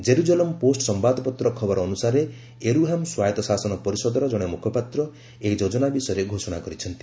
Jerusalem post ସମ୍ଭାଦପତ୍ର ଖବର ଅନୁସାରେ ୟେରୁହାମ୍ ସ୍ୱାୟତ୍ତ ଶାସନ ପରିଷଦର ଜଣେ ମୁଖପାତ୍ର ଏହି ଯୋଜନା ବିଷୟରେ ଘୋଷଣା କରିଛନ୍ତି